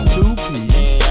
Two-piece